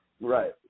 Right